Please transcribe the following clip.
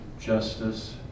justice